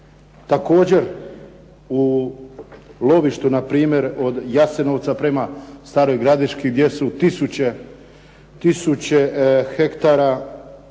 Također u lovištu npr. od Jasenovca prema Staroj Gradišci gdje su tisuće hektara